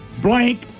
Blank